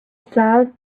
said